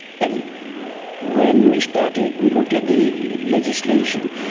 and when we started, we looked at the legislation,